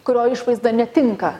kurio išvaizda netinka